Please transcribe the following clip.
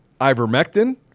ivermectin